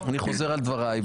אני חוזר על דבריי,